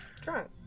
drunk